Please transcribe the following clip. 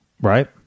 Right